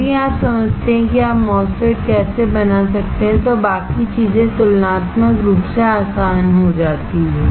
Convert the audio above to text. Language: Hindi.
यदि आप समझते हैं कि आप MOSFETs कैसे बना सकते हैं तो बाकी चीजें तुलनात्मक रूप से आसान हो जाती हैं